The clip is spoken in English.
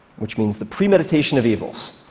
which means the pre-meditation of evils.